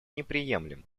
неприемлемы